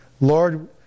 Lord